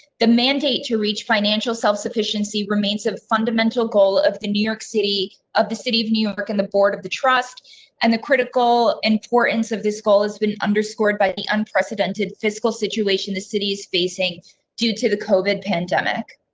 the mandate to reach financial self sufficiency remains a fundamental goal of the new york city of the city of new york, and the board of the trust and the critical importance of this goal has been underscored by the unprecedented fiscal situation. the city's facing due to the coven pandemic.